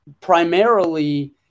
primarily